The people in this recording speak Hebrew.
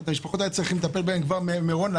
היה צריך לטפל במשפחות כבר ממירון,